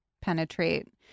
penetrate